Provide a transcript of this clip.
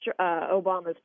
Obama's